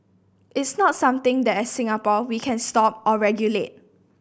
it's not something that as Singapore we can stop or regulate